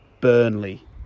Burnley